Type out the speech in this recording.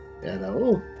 hello